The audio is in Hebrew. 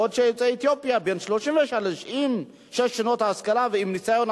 בעוד שיוצא אתיופיה בן 33 עם שש שנות השכלה ועם ניסיון,